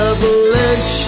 Avalanche